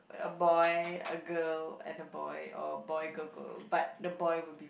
a boy a girl and a boy or boy girl girl but the boy will be